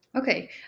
Okay